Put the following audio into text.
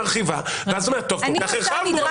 היא מרחיבה אבל אז את אומרת שכל כך הרחבנו,